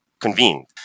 convened